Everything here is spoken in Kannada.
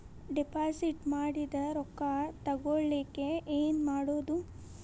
ಡಿಪಾಸಿಟ್ ಮಾಡಿದ ರೊಕ್ಕ ತಗೋಳಕ್ಕೆ ಏನು ಮಾಡೋದು?